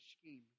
scheme